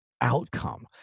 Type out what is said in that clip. outcome